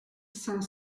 cinq